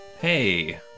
hey